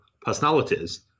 personalities